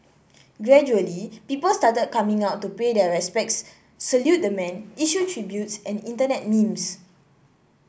gradually people started coming out to pay their respects salute the man issue tributes and Internet memes